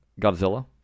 Godzilla